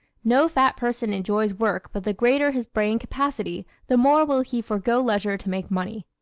no fat person enjoys work but the greater his brain capacity the more will he forego leisure to make money.